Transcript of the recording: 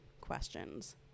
questions